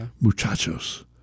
muchachos